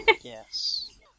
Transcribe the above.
Yes